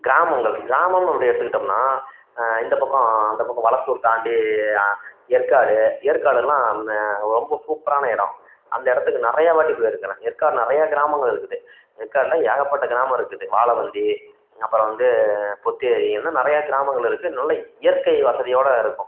கிராமங்கள் கிராமம் அப்படி எடுத்துக்கிட்டோம்னால் இந்த பக்கம் அந்த பக்கம் வளசூர் தாண்டி ஏற்காடு ஏற்காடெல்லாம் அம்மே ரொம்ப சூப்பரான இடம் அந்த இடத்துக்கு நிறையா வாட்டி போயிருக்கிறேன் ஏற்காடு நிறையா கிராமங்கள் இருக்குது ஏற்காடில் ஏகப்பட்ட கிராமம் இருக்குது வாழவந்தி அப்புறம் வந்து பொத்தேரி இன்னும் நிறையா கிராமங்கள் இருக்குது நல்ல இயற்கை வசதியோடு இருக்கும்